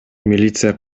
милиция